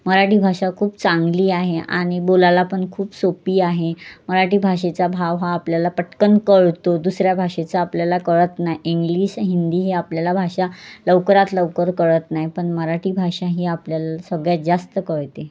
मराठी भाषा खूप चांगली आहे आणि बोलायला पण खूप सोपी आहे मराठी भाषेचा भाव हा आपल्याला पटकन कळतो दुसऱ्या भाषेचा आपल्याला कळत नाही इंग्लिश हिंदी हे आपल्याला भाषा लवकरात लवकर कळत नाही पण मराठी भाषा ही आपल्याला सगळ्यात जास्त कळते